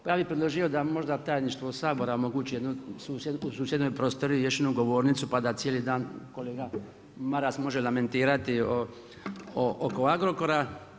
Pa ja bi predložio da možda tajništvo sabora omogući jednu u susjednoj prostoriji još jednu govornicu, pa da cijeli dan kolega Maras može lamentirati oko Agrokora.